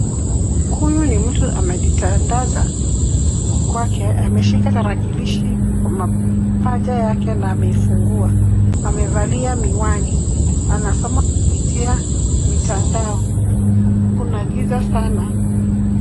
Huyu ni mtu amejitandaza kwake. Ameshika tarakilishi kwa mapaja yake na ameifungua. Amevalia miwani. Anasoma kupitia mitandao. Kuna giza sana.